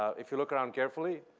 if you look around carefully,